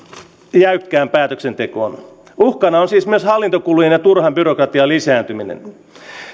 ja jäykkään päätöksentekoon uhkana on siis myös hallintokulujen ja turhan byrokratian lisääntyminen